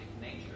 nature